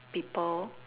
people